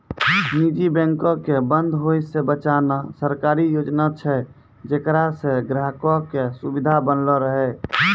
निजी बैंको के बंद होय से बचाना सरकारी योजना छै जेकरा से ग्राहको के सुविधा बनलो रहै